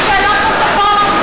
שאלות נוספות,